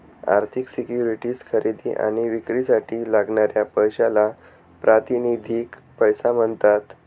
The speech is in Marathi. आर्थिक सिक्युरिटीज खरेदी आणि विक्रीसाठी लागणाऱ्या पैशाला प्रातिनिधिक पैसा म्हणतात